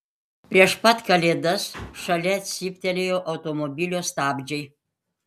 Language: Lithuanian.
prieš pat kalėdas šalia cyptelėjo automobilio stabdžiai